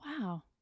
Wow